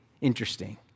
interesting